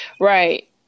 right